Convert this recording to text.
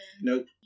Nope